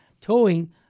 towing